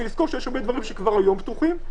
ולזכור שיש הרבה דברים שכבר היום פתוחים.